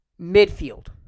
Midfield